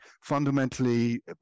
fundamentally